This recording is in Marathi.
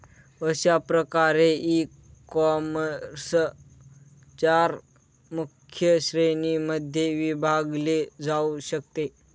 अशा प्रकारे ईकॉमर्स चार मुख्य श्रेणींमध्ये विभागले जाऊ शकते